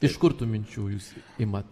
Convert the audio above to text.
iš kur tų minčių jūs imat